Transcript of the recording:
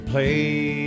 play